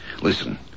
Listen